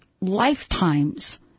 lifetimes